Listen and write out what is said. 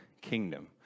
kingdom